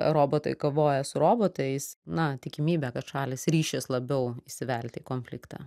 robotai kovoja su robotais na tikimybė kad šalys ryšis labiau įsivelti į konfliktą